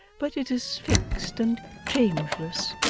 but it is fixed and changeless.